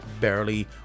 barely